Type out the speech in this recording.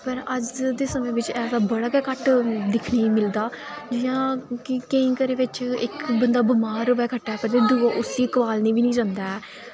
पर अज्ज दे समें बिच ऐसा बड़ा गै घट्ट दिक्खने ई मिलदा जि'यां कि केईं घरें बिच इक बंदा बमार होऐ खट्टा पर ते दूआ उस्सी कुआलने बी निं जंदा ऐ